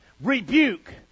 rebuke